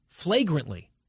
flagrantly